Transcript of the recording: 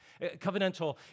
Covenantal